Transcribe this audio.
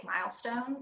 milestone